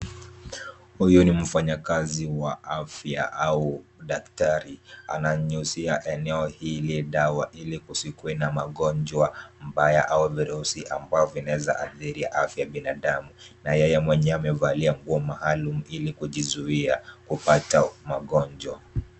Huyu ni mfanyakazi wa afya au daktari. Ana nyusi ya eneo hili dawa ili kusukuma magonjwa mbaya au virusi ambavyo vinaweza athiri afya ya binadamu. Na yeye mwenyewe amevaalia nguo maalum ili kujizuia kupata magonjwa.